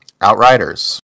Outriders